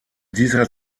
dieser